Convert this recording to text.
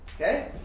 Okay